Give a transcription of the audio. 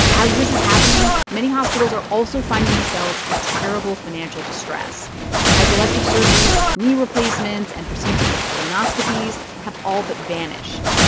as this is happening, many hospitals are also finding themselves in terrible financial distress as elective surgeries like knee replacements and procedures like colonoscopies have all but vanished,